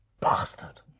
bastard